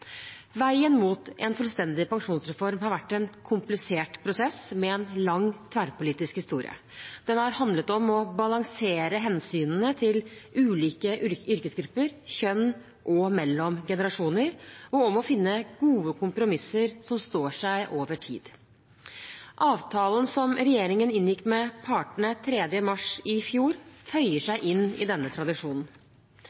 Veien mot en fullstendig pensjonsreform har vært en komplisert prosess med en lang tverrpolitisk historie. Den har handlet om å balansere hensynene til ulike yrkesgrupper, kjønn og generasjoner og om å finne gode kompromisser som står seg over tid. Avtalen som regjeringen inngikk med partene 3. mars i fjor, føyer seg